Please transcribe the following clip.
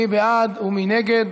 מי בעד ומי נגד?